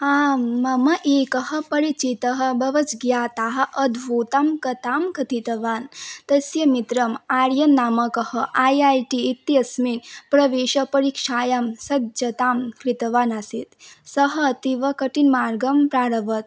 आं मम एकः परिचितः भवज्ज्ञातः अद्भुतां कथां कथितवान् तस्य मित्रम् आर्यन् नामकः ऐ ऐ टि इत्यस्मिन् प्रवेशपरीक्षायां सज्जतां कृतवानासीत् सः अतीवकठिनमार्गं प्रारभत